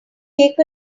take